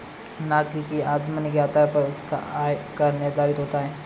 नागरिक की आमदनी के आधार पर उसका आय कर निर्धारित होता है